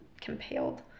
compelled